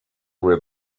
where